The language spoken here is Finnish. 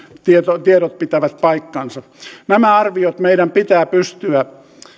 ne tiedot pitävät paikkansa nämä arviot meidän pitää pystyä